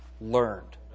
learned